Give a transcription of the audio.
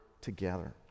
together